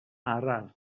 araf